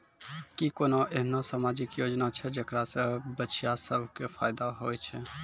कि कोनो एहनो समाजिक योजना छै जेकरा से बचिया सभ के फायदा होय छै?